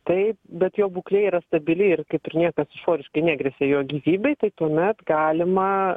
tai bet jo būklė yra stabili ir kaip ir niekas išoriškai negresia jo gyvybei tai tuomet galima